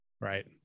Right